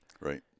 Right